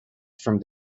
from